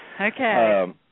Okay